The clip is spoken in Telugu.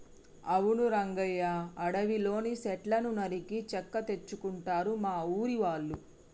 అవును రంగయ్య అడవిలోని సెట్లను నరికి చెక్క తెచ్చుకుంటారు మా ఊరి వాళ్ళు